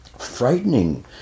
frightening